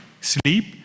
sleep